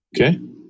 Okay